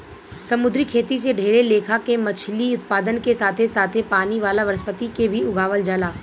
समुंद्री खेती से ढेरे लेखा के मछली उत्पादन के साथे साथे पानी वाला वनस्पति के भी उगावल जाला